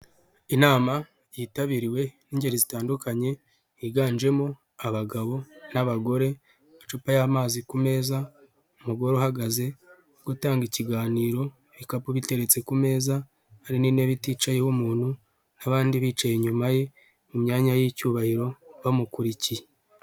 Inama yitabiriwe n'ingeri zitandukanye higanjemo abagabo n'abagore bacuupa y'amazi ku meza, umugore uhagaze gutanga ikiganirokapu biteretse ku meza arinini biticayeho umuntu n'abandi bicaye inyuma ye mu myanya y'icyubahiro bamukurikiye.